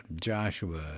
Joshua